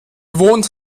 wohnt